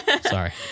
Sorry